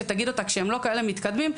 שתגיד אותה כשהם לא כאלה מתקדמים,